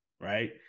right